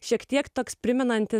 šiek tiek toks primenantis